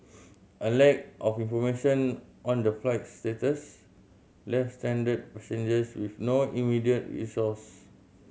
a lack of information on the flight's status left stranded passengers with no immediate recourse